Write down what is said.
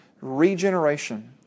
Regeneration